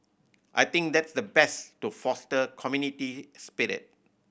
I think that's the best to foster community spirit